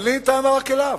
אבל לי אין טענה רק אליו.